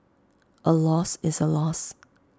A loss is A loss